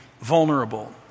vulnerable